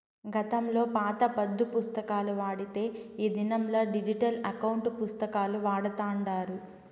గతంలో పాత పద్దు పుస్తకాలు వాడితే ఈ దినంలా డిజిటల్ ఎకౌంటు పుస్తకాలు వాడతాండారు